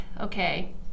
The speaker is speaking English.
okay